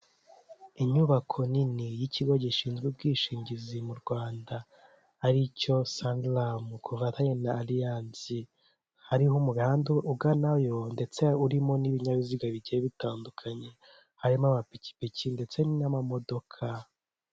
Inyubako nini y'ikigo gishinzwe ubwishingizi mu Rwanda aricyo sanilamu kuvatanye na aliyanse hariho umuganda uganayo ndetse urimo n'ibinyabiziga bigiye bitandukanye harimo amapikipiki ndetse n'amamodoka.